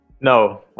No